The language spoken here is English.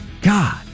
God